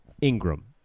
Ingram